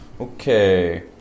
Okay